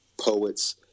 poets